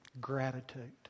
Gratitude